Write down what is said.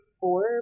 four